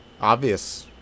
obvious